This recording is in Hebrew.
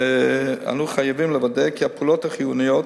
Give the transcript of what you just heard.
ואנו חייבים לוודא כי הפעולות החיוניות,